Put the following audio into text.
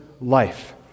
life